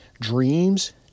dreams